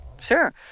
Sure